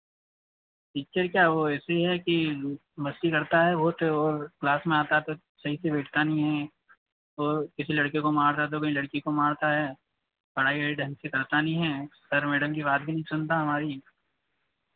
picture क्या वो ऐसे है कि मस्ती करता है बहुत और क्लास में आता है तो सही से बैठता नहीं है और किसी लड़के को मार रहा तो कहीं लड़की को मारता है पढ़ाई ओढ़ाई ढंग से करता नहीं है सर मैडम की बात भी नहीं सुनता हमारी